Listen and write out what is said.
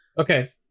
Okay